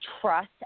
trust